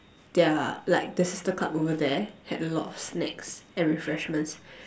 their like the sister club over there had a lot of snacks and refreshments